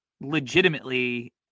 legitimately